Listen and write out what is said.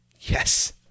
Yes